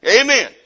Amen